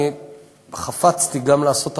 אני חפצתי גם לעשות הפוך,